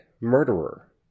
murderer